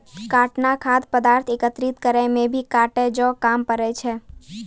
काटना खाद्य पदार्थ एकत्रित करै मे भी काटै जो काम पड़ै छै